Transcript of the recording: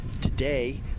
today